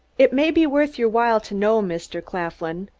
it may be worth your while to know, mr. claflin,